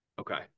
Okay